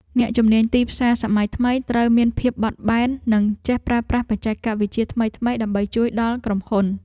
អ្នកជំនាញទីផ្សារសម័យថ្មីត្រូវមានភាពបត់បែន និងចេះប្រើប្រាស់បច្ចេកវិទ្យាថ្មីៗដើម្បីជួយដល់ក្រុមហ៊ុន។